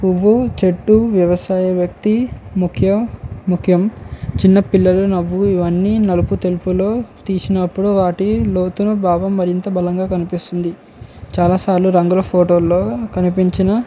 పువ్వు చెట్టు వ్యవసాయ వ్యక్తి ముఖ్య ముఖ్యం చిన్న పిల్లలు నవ్వు ఇవన్నీ నలుపు తెలుపులో తీసినప్పుడు వాటి లోతును భావం మరింత బలంగా కనిపిస్తుంది చాలా సార్లు రంగుల ఫోటోల్లో కనిపించిన